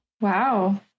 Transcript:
Wow